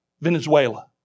Venezuela